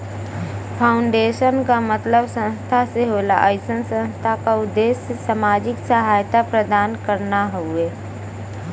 foundation क मतलब संस्था से होला अइसन संस्था क उद्देश्य सामाजिक सहायता प्रदान करना हउवे